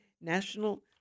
national